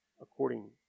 according